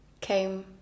came